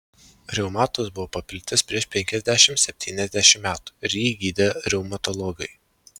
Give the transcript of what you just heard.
reumatas buvo paplitęs prieš penkiasdešimt septyniasdešimt metų ir jį gydė reumatologai